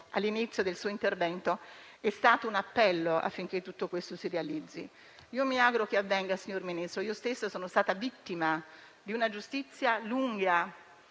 all'inizio del suo intervento è un appello affinché tutto questo si realizzi. Mi auguro che avvenga, signor Ministro, perché essendo stata io stessa vittima di una giustizia lunga,